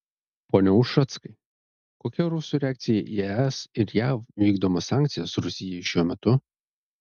pone ušackai kokia rusų reakcija į es ir jav vykdomas sankcijas rusijai šiuo metu